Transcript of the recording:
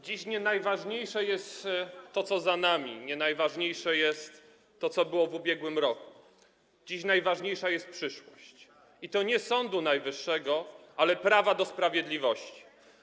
Dziś nie najważniejsze jest to, co za nami, nie najważniejsze jest to, co było w ubiegłym roku, dziś najważniejsza jest przyszłość, i to nie Sądu Najwyższego, ale prawa do sprawiedliwości.